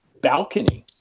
balcony